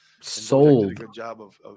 sold